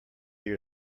your